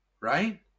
right